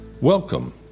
Welcome